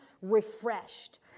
Refreshed